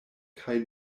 kaj